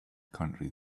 country